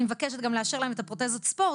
אני מבקשת גם לאשר להם את פרוטזות הספורט,